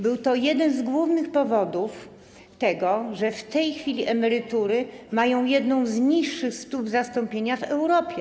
Był to jeden z głównych powodów tego, że w tej chwili emerytury mają jedną z niższych stóp zastąpienia w Europie.